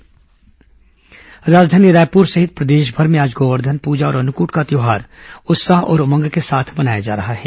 दीपावली गोवर्धन पूजा राजधानी रायपुर सहित प्रदेशभर में आज गोवर्धन पूजा और अन्नकूट का त्यौहार उत्साह और उमंग के साथ मनाया जा रहा है